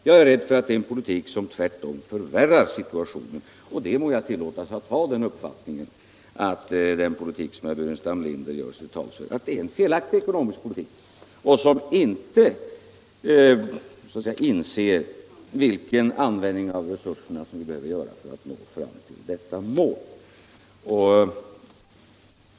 Jag är rädd för att det är en politik som tvärtom förvärrar situationen. Och jag må tillåtas ha den uppfattningen att den politik som herr Burenstam Linder gör sig till tolk för är en felaktig ekonomisk politik som inte så att säga beaktar vilken an vändning av resurserna som erfordras för att nå fram till målet.